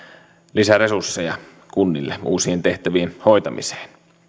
lisää resursseja kunnille uusien tehtävien hoitamiseen